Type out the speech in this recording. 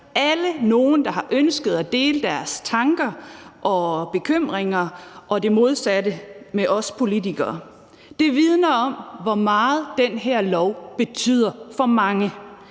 været nogle, der har ønsket at dele deres tanker og bekymringer og det modsatte med os politikere. Det vidner om, hvor meget den her lov betyder for mange.